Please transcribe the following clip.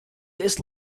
dish